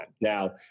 Now